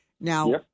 Now